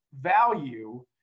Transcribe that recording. value